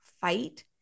fight